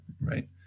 right